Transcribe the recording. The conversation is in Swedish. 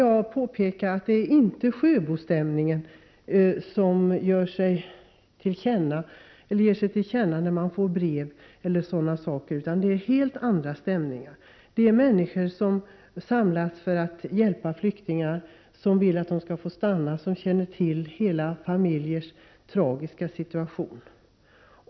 Jag vill påpeka att det inte är Sjöbostämningen som ger sig till känna i de brev man får, utan det är helt andra stämningar. Det är människor som har samlats för att hjälpa flyktingar, som vill att de skall få stanna och som känner till hela familjers tragiska situation.